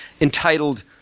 entitled